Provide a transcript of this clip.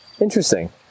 Interesting